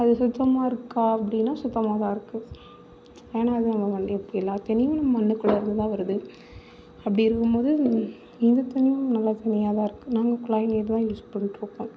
அது சுத்தமாக இருக்கா அப்படின்னா சுத்தமாக தான் இருக்கு ஏன்னா அது நம்ம மண்ணு இப்போ எல்லாத் தண்ணியுமே நம்ம மண்ணுக்குளேந்து தான் வருது அப்படி இருக்கும் போது இந்த தண்ணியும் நல்ல தண்ணியாக தான் இருக்கு நாங்கள் குழாய் நீர் தான் யூஸ் பண்ணுறோம்